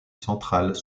centrales